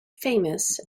famous